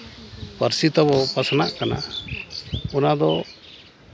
ᱯᱟᱹᱨᱥᱤ ᱛᱟᱵᱚ ᱯᱟᱥᱱᱟᱜ ᱠᱟᱱᱟ ᱚᱱᱟ ᱫᱚ